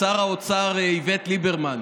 שר האוצר איווט ליברמן.